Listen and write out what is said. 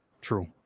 true